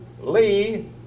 Lee